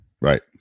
Right